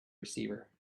receiver